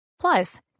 Plus